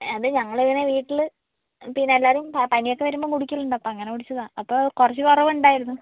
അത് ഞങ്ങളിങ്ങനെ വീട്ടിൽ പിന്നെല്ലാവരും പ പനിയൊക്കെ വരുമ്പോൾ കുടിക്കലുണ്ട് അപ്പോൾ അങ്ങനെ കുടിച്ചതാണ് അപ്പോൾ കുറച്ച് വിറവുണ്ടായിരുന്നു